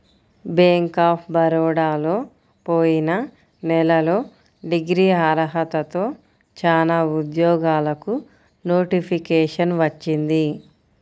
bank of బరోడాలో పోయిన నెలలో డిగ్రీ అర్హతతో చానా ఉద్యోగాలకు నోటిఫికేషన్ వచ్చింది